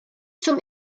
zum